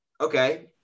okay